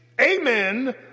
amen